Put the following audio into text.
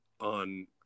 on